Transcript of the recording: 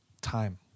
time